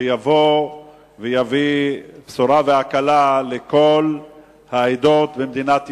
שיביא בשורה והקלה לכל העדות במדינת ישראל.